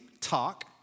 talk